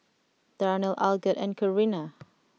Darnell Algot and Corinna